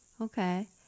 okay